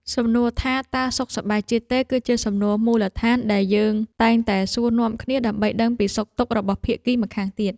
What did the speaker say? សំណួរថាតើសុខសប្បាយជាទេ គឺជាសំណួរមូលដ្ឋានដែលយើងតែងតែសួរនាំគ្នាដើម្បីដឹងពីសុខទុក្ខរបស់ភាគីម្ខាងទៀត។